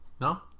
No